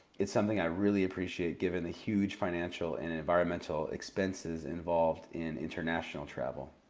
it's something i really appreciate given the huge financial and environmental expenses involved in international travel.